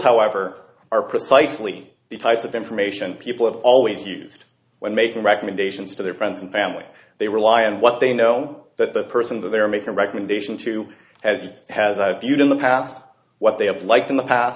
precisely the types of information people have always used when making recommendations to their friends and family they rely on what they know that the person that they're making a recommendation to has has a view to the past what they have liked in the past